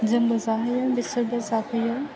जोंबो जाहैयो बिसोरबो जाफैयो